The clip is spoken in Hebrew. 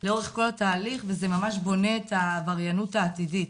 לאורך כל התהליך וזה ממש בונה את העבריינות העתידית,